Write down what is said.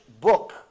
book